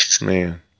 Man